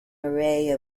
array